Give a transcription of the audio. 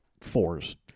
fours